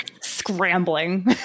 Scrambling